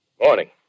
Morning